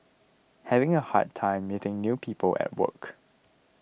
having a hard time meeting new people at work